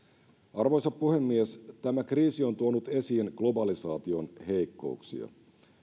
arvoisa puhemies tämä kriisi on tuonut esiin globalisaation heikkouksia